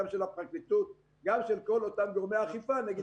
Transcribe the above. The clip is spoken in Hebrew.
גם של הפרקליטות ושל כל אותם גורמי אכיפה נגד